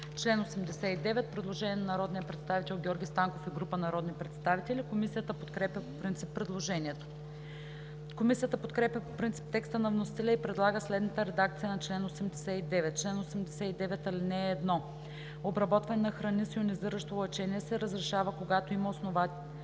чл. 89 има предложение на Георги Станков и група народни представители. Комисията подкрепя по принцип предложението. Комисията подкрепя по принцип текста на вносителя и предлага следната редакция на чл. 89: „Чл. 89. (1) Обработване на храни с йонизиращо лъчение се разрешава, когато има основателна